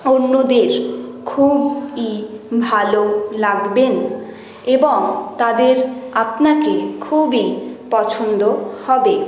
অন্যদের খুবই ভালো লাগবেন এবং তাদের আপনাকে খুবই পছন্দ হবে